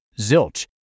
Zilch